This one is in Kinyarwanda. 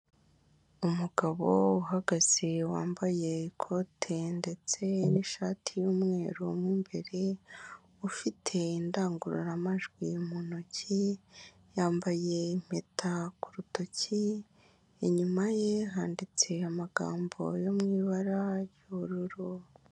Umugabo uhagaze wambaye ikote ndetse n'ishati y'umweru mo imbere, ufite indangururamajwi mu ntoki yambaye impeta ku rutoki inyuma ye handitse amagambo yo mu ibara ry'ubururu.